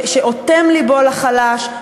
שאוטם לבו לחלש,